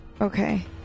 Okay